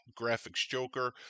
GraphicsJoker